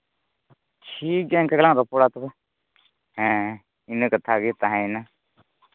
ᱴᱷᱤᱠᱜᱮᱭᱟ ᱤᱱᱠᱟᱹ ᱜᱮᱞᱟᱝ ᱨᱚᱯᱚᱲᱟ ᱛᱚᱵᱮ ᱦᱮᱸ ᱤᱱᱟᱹ ᱠᱟᱛᱷᱟ ᱜᱮ ᱛᱟᱦᱮᱸᱭᱮᱱᱟ